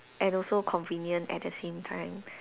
and also convenient at the same time